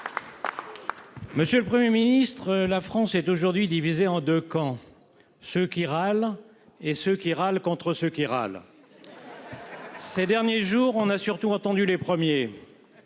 Monsieur le Premier ministre, la France est aujourd'hui divisée en deux camps : ceux qui râlent et ceux qui râlent contre ceux qui râlent ! Ces derniers jours, on a surtout entendu les premiers.